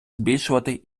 збільшувати